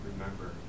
remember